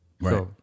Right